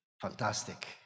fantastic